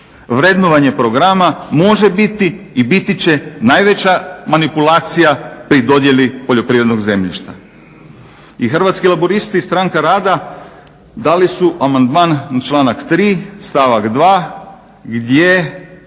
Vrednovanje programa može biti i biti će najveća manipulacija pri dodjeli poljoprivrednog zemljišta. I Hrvatski laburisti-Stranka rada dali su amandman na članak 3.stavak 2.gdje